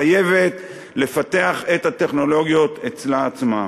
חייבת לפתח את הטכנולוגיות אצלה עצמה.